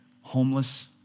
Homeless